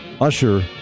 Usher